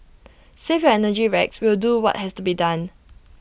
save your energy Rex we'll do what has to be done